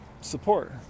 support